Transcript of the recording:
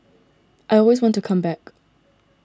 I always want to come back